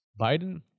Biden